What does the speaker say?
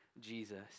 Jesus